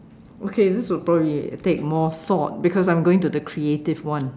okay this will probably take more thought because I'm going to the creative one